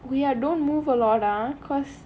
we are don't move ah because